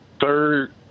third